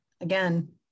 again